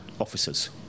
officers